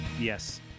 Yes